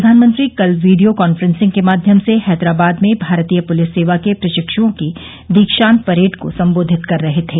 प्रधानमंत्री कल video conferencing के माध्यम से हैदराबाद में भारतीय पुलिस सेवा के प्रशिक्षुओं की दीक्षांत परेड को संबोधित कर रहे थे